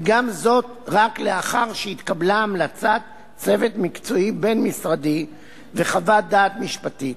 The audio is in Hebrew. וגם זאת לאחר שהתקבלה המלצת צוות מקצועי בין-משרדי וחוות דעת משפטית.